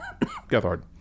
Gethard